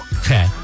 Okay